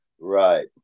Right